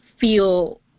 feel